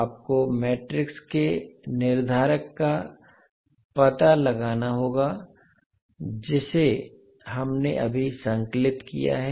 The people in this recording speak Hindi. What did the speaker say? आपको मैट्रिक्स के निर्धारक का पता लगाना होगा जिसे हमने अभी संकलित किया है